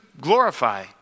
glorify